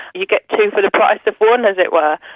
you get two for the price of one, as it were.